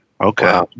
Okay